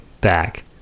back